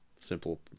Simple